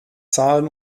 zahlen